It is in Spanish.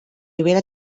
hubiera